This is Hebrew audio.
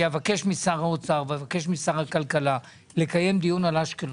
ואני אבקש משר האוצר ומשר הכלכלה לקיים דיון על אשקלון.